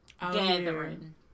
gathering